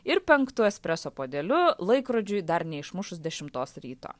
ir penktu espreso puodeliu laikrodžiui dar neišmušus dešimtos ryto